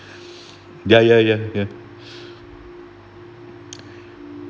ya ya ya ya